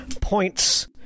points